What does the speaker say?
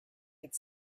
could